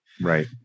Right